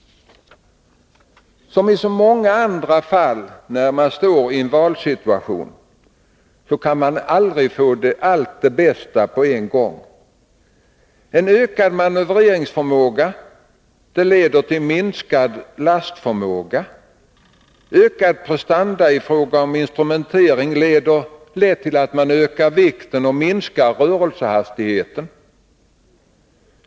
Som i så många andra fall när man står i en valsituation kan man inte få allt det bästa på en gång. En ökad manövreringsförmåga leder till minskad lastförmåga. Ökade prestanda i fråga om instrumentering leder till ökad vikt och minskad rörelsehastighet.